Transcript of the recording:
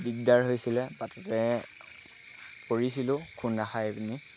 দিগদাৰ হৈছিলে বাটতে পৰিছিলোঁ খুন্দা খাই পিনি